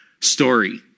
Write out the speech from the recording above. story